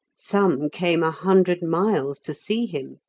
some came a hundred miles to see him.